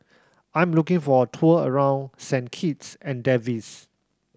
I'm looking for a tour around Saint Kitts and